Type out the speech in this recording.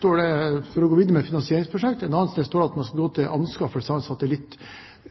for å gå videre med finansieringsprosjektet. Et annet sted står det at man skal gå til anskaffelse av en satellitt.